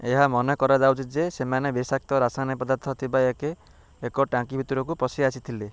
ଏହା ମନେ କରାଯାଉଛି ଯେ ସେମାନେ ବିଷାକ୍ତ ରାସାୟନିକ ପଦାର୍ଥ ଥିବା ଏକ ଟାଙ୍କି ଭିତରକୁ ପଶି ଆସିଥିଲେ